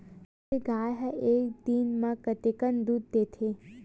Jersey गाय ह एक दिन म कतेकन दूध देथे?